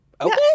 Okay